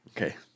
Okay